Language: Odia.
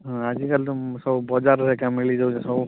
ହଁ ଆଜିକାଲି ତ ସବୁ ବଜାର ରେଟ୍ ମିଳିଯାଉଛି ସବୁ